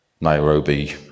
Nairobi